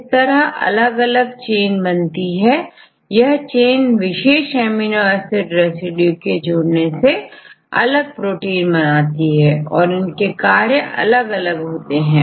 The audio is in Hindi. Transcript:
इस तरह अलग अलग चेन बनती हैंयह चेन विशेष एमिनो एसिड रेसिड्यू के जुड़ने से अलग प्रोटीन बनाती हैं और इनके कार्य अलग होते हैं